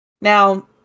Now